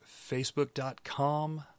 Facebook.com